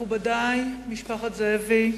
מכובדי, משפחת זאבי,